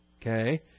okay